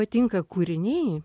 patinka kūriniai